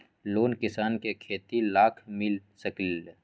Loan किसान के खेती लाख मिल सकील?